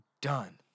done